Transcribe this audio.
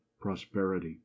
prosperity